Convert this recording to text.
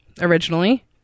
originally